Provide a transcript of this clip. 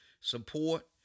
support